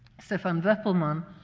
stefan weppelmann,